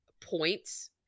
points